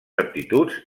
aptituds